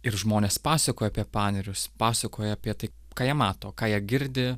ir žmonės pasakoja apie panerius pasakoja apie tai ką jie mato ką jie girdi